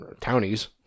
townies